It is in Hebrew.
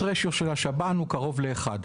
הלוס רשיו של השב"ן הוא קרוב לאחד.